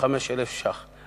35,000 שקלים.